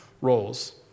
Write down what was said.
roles